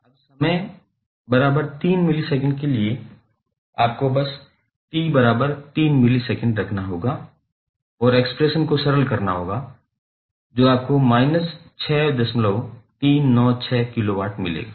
अब समय बराबर 3 मिलीसेकंड के लिए आपको बस t बराबर 3 मिलीसेकंड रखना होगा और एक्सप्रेशन को सरल करना होगा जो आपको माइनस 6396 किलोवाट मिलेगा